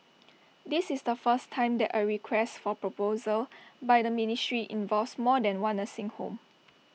this is the first time that A request for proposal by the ministry involves more than one nursing home